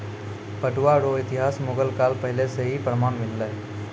पटुआ रो इतिहास मुगल काल पहले से ही प्रमान मिललै